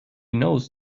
knows